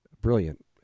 Brilliant